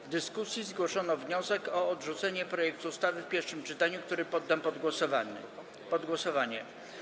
W dyskusji zgłoszono wniosek o odrzucenie projektu ustawy w pierwszym czytaniu, który poddam pod głosowanie.